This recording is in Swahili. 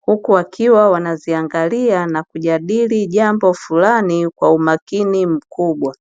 huku wakiwa wanaziangalia na kujadili jambo fulani kwa umakini mkubwa.